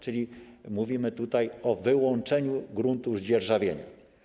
Czyli mówimy tutaj o wyłączeniu gruntów z dzierżawienia.